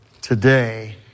today